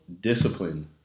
discipline